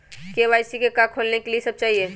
KYC का का खोलने के लिए कि सब चाहिए?